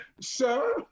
sir